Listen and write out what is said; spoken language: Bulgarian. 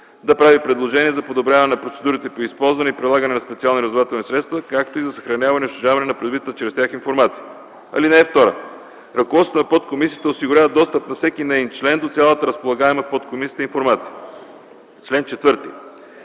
да прави предложения за подобряване на процедурите по използване и прилагане на специални разузнавателни средства, както и за съхраняване и унищожаване на придобитата чрез тях информация. (2) Ръководството на подкомисията осигурява достъп на всеки неин член до цялата разполагаема в подкомисията информация. Чл. 4. При